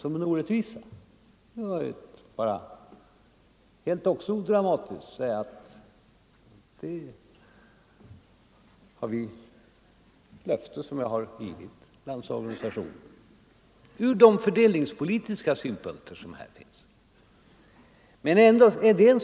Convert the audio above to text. Det är alltså helt odramatiskt ett löfte som jag ur fördelningssynpunkt har givit LO.